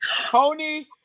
Tony